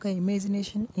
imagination